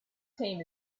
team